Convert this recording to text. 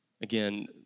again